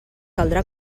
caldrà